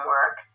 Work